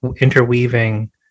interweaving